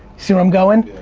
see where i'm going?